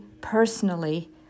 personally